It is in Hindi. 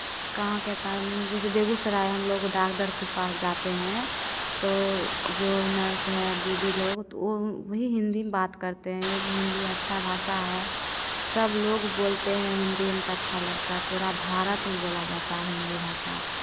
कहाँ कहता है अभी जैसे बेगूसराय हम लोग वो डॉक्टर के पास जाते हैं तो जो नर्स है दीदी लोग तो वो भी हिन्दी में बात करते हैं हिन्दी अच्छा भाषा है सब लोग बोलते हैं हिन्दी में तो अच्छा लगता है पूरा भारत में बोला जाता हिन्दी भाषा